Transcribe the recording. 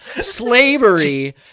Slavery